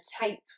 tape